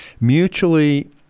mutually